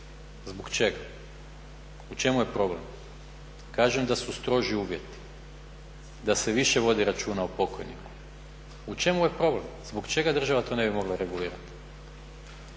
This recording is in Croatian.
Zbog čeg? U čemu je problem? Kažem da su stroži uvjeti, da se više vodi računa o pokojniku. U čemu je problem? Zbog čega država ne bi mogla regulirati?